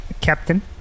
Captain